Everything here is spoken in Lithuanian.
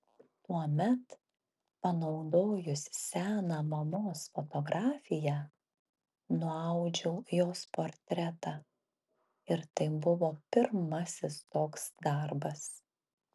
tuomet panaudojus seną mamos fotografiją nuaudžiau jos portretą ir tai buvo pirmasis toks darbas